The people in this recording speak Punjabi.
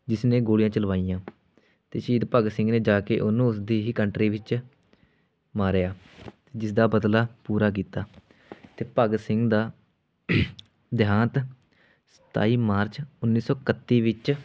ਜਿਸ ਨੇ ਗੋਲੀਆਂ ਚਲਵਾਈਆਂ ਅਤੇ ਸ਼ਹੀਦ ਭਗਤ ਸਿੰਘ ਨੇ ਜਾ ਕੇ ਉਹਨੂੰ ਉਸਦੀ ਹੀ ਕੰਟਰੀ ਵਿੱਚ ਮਾਰਿਆ ਜਿਸ ਦਾ ਬਦਲਾ ਪੂਰਾ ਕੀਤਾ ਅਤੇ ਭਗਤ ਸਿੰਘ ਦਾ ਦਿਹਾਂਤ ਸਤਾਈ ਮਾਰਚ ਉੱਨੀ ਸੌ ਇਕੱਤੀ ਵਿੱਚ